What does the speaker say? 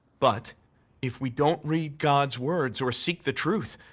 but if we don't read god's words or seek the truth,